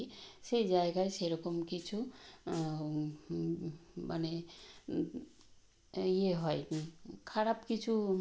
সরস্বতী পুজো আমাদের স্কুলে ছুটি থাকে এবং সরস্বতী পুজোর দিনে খোলা থাকে এই জন্যই যাতে আমরা সেখানে গিয়ে